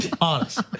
Honest